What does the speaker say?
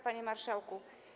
Panie Marszałku!